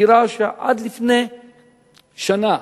דירה שעד לפני שנה